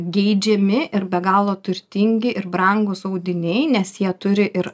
geidžiami ir be galo turtingi ir brangūs audiniai nes jie turi ir